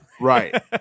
right